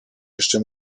jeszcze